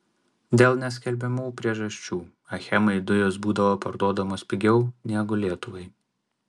dėl neskelbiamų priežasčių achemai dujos būdavo parduodamos pigiau negu lietuvai